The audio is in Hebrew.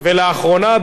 לאחרונה,